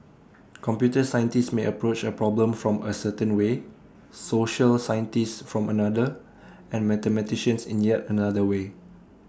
computer scientists may approach A problem from A certain way social scientists from another and mathematicians in yet another way